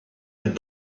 would